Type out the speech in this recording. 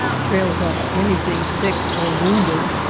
trails up anything sick or wounded,